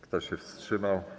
Kto się wstrzymał?